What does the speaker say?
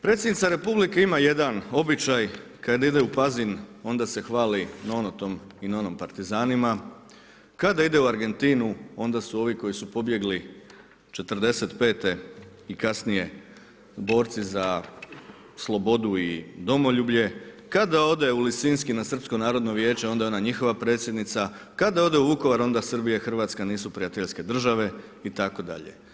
Predsjednica Republike ima jedan običaj kada ide u Pazin onda se hvali … i nonom partizanom, kada ide u Argentinu onda su ovi koji su pobjegli '45. i kasnije borci za slobodu i domoljublje, kada ode u Lisinski na Srpsko narodno vijeće onda je ona njihova predsjednica, kada ode u Vukovar onda Srbija i Hrvatska nisu prijateljske države itd.